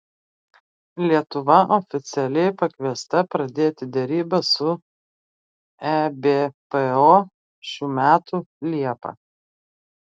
lietuva oficialiai pakviesta pradėti derybas su ebpo šių metų liepą